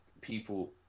people